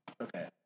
Okay